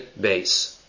Base